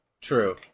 True